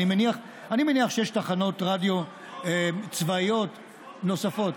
אני מניח שיש תחנות רדיו צבאיות נוספות.